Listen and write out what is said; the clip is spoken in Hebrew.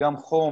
וגם חום